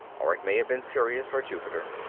or it may have been sirius or jupiter.